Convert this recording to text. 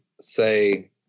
say